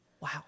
Wow